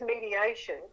mediation